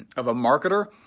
of a marketer